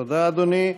תודה, אדוני.